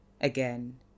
Again